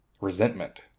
resentment